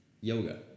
Yoga